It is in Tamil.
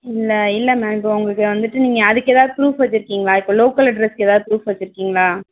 இல்லை இல்லை மேம் இப்போ உங்களுக்கு வந்துட்டு நீங்கள் அதுக்கு ஏதா ப்ரூஃப் வெச்சுருக்கீங்ளா இப்போ லோக்கல் அட்ரஸ்க்கு ஏதா ப்ரூஃப் வெச்சுருக்கீங்ளா